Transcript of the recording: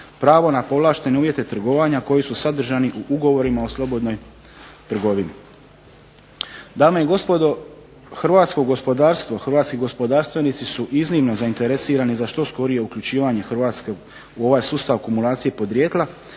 pravo na povlaštene uvjete trgovanja koji su sadržani u ugovorima o slobodnoj trgovini. Dame i gospodo, hrvatsko gospodarstvo, hrvatski gospodarstvenici su iznimno zainteresirani za što skorije uključivanje Hrvatske u ovaj sustav kumulacije podrijetla